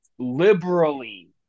Liberally